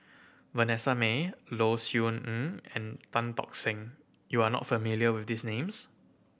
Vanessa Mae Low Siew Nghee and Tan Tock Seng you are not familiar with these names